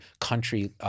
country